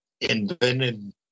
invented